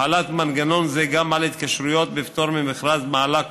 החלת מנגנון זה גם על התקשרויות בפטור ממכרז מעלה קושי,